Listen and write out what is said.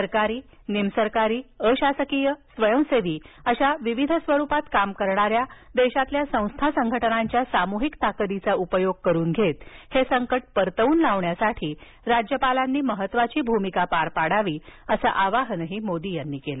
सरकारी निमसरकारी अशासकीय स्वयंसेवी अशा विविध स्वरूपात काम करणाऱ्या देशातील संस्था संघटनांच्या सामुहिक ताकदीचा उपयोग करून घेत हे संकट परतवून लावण्यासाठ्गी राज्यपालांनी महत्त्वाची भूमिका पार पदवी असं आवाहनही मोदी यांनी केलं